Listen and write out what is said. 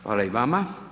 Hvala i vama.